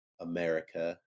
America